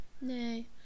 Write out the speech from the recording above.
nay